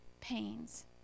pains